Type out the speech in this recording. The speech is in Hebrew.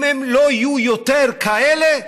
אם הם לא יהיו יותר כאלה,